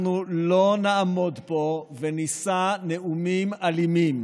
אנחנו לא נעמוד פה ונישא נאומים אלימים